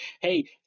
Hey